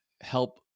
help